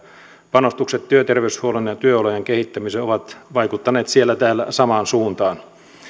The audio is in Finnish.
panostukset työterveyshuollon ja työolojen kehittämiseen ovat vaikuttaneet siellä täällä samaan suuntaan